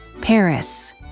Paris